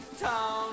town